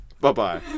Bye-bye